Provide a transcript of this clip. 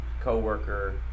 coworker